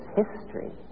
history